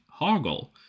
Hoggle